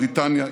בריטניה,